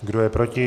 Kdo je proti?